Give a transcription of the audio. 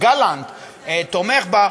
גלנט תומך בה,